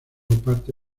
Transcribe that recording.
parte